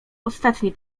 ostatni